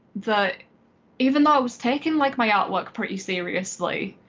that even though i was taken like my artwork pretty seriously,